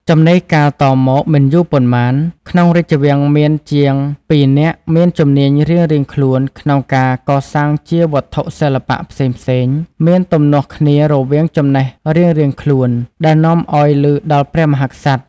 ចំណេរកាលតមកមិនយូរប៉ុន្មាន ក្នុងរាជវាំងមានជាងពីរនាក់មានជំនាញរៀងៗខ្លួនក្នុងការកសាងជាវត្ថុសិល្បៈផ្សេងៗ មានទំនាស់គ្នារវាងចំណេះរៀងៗខ្លួន ដែលនាំឱ្យឮដល់ព្រះមហាក្សត្រ។